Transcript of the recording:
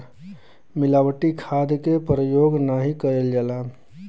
मिलावटी खाद के परयोग नाही कईल जाला